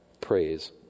praise